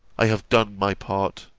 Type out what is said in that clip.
i have done my part.